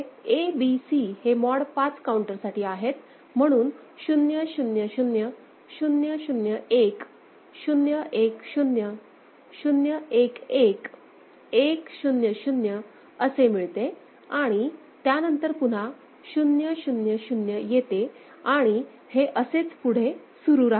इथे ABC हे mod 5 काउंटरसाठी आहेत म्हणून 0 0 0 0 0 1 0 1 0 0 1 1 1 0 0 असे मिळते आणि त्यानंतर पुन्हा 0 0 0 येते आणि असेच पुढे सुरू राहते